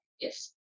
Yes